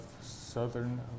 southern